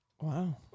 Wow